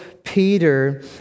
Peter